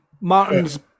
Martin's